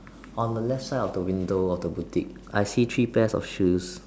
on the left side of the window of the boutique I see three pair of shoes